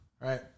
Right